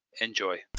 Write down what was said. enjoy